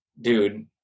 dude